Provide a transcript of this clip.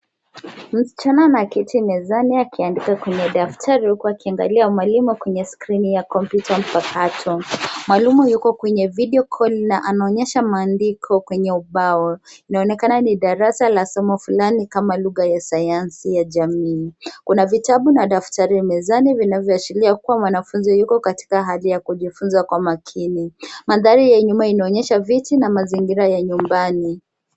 Msichana ameketi mezani akiandika kwenye daftari huku akiangalia mawalimu kwenye skrini ya komyuta mpakato. Mwalimu yuko kwenye video call na anaonyesha maandiko kwenye ubao. Inaonekana ni darasa la somo fulani kama vile lugha ya sayansi ya jamii. Kuna vitabu na dafatri mezani vinavyoashiria kuwa mwanafunzi yuko katika haja ya kujifunza kwa makini. Mandhari ya nyuma inaonyesha kuwa viti na mazingira ya nyumbani.